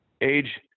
age